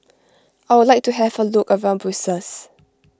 I would like to have a look around Brussels